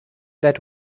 that